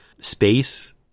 space